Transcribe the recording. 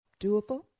doable